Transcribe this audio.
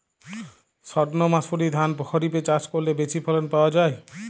সর্ণমাসুরি ধান খরিপে চাষ করলে বেশি ফলন পাওয়া যায়?